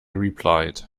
replied